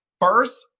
first